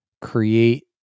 create